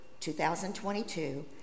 2022